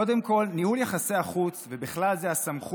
קודם כול, ניהול יחסי החוץ, ובכלל זה הסמכות